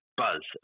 buzz